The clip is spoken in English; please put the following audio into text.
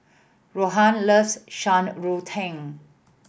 Rohan loves Shan Rui Tang